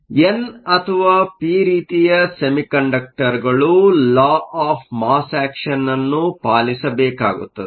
ಆದ್ದರಿಂದ ಎನ್ ಅಥವಾ ಪಿ ರೀತಿಯ ಸೆಮಿಕಂಡಕ್ಟರ್ಗಳು law of mass action of mass action ಅನ್ನು ಪಾಲಿಸಬೇಕಾಗುತ್ತದೆ